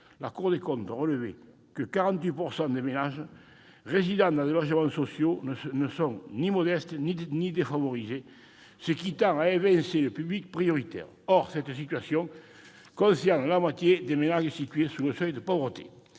la Cour des comptes a signalé que 48 % des ménages résidant dans les logements sociaux ne sont ni modestes ni défavorisés, ce qui tend à évincer le public prioritaire. Or cette situation concerne la moitié des ménages situés sous le seuil de pauvreté.